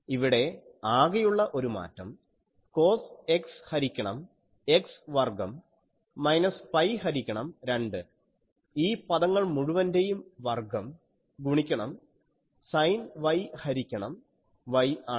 ഇവിടെ ആകെയുള്ള ഒരു മാറ്റം കോസ് X ഹരിക്കണം X വർഗ്ഗം മൈനസ് പൈ ഹരിക്കണം 2 ഈ പദങ്ങൾ മുഴുവന്റെയും വർഗ്ഗം ഗുണിക്കണം സൈൻ Y ഹരിക്കണം Y ആണ്